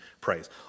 praise